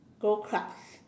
go club